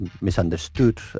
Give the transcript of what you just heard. misunderstood